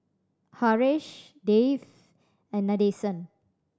Haresh Dev and Nadesan